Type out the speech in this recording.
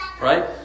right